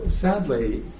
Sadly